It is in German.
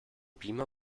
beamer